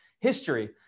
history